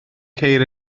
ceir